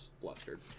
flustered